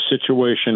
situation